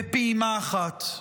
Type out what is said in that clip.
בפעימה אחת.